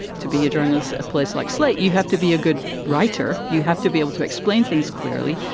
to be a journalist. a place like slate, you have to be a good writer. you have to be able to explain things clearly.